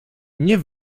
nie